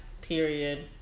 period